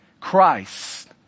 Christ